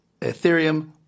Ethereum